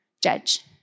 Judge